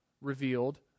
revealed